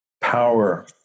power